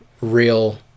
real